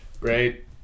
Great